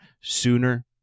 sooner